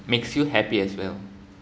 makes you happy as well